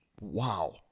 Wow